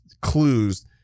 clues